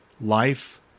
life